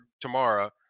tomorrow